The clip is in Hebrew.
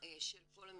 אני יכולה לחפש ולשלוף את